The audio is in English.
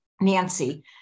Nancy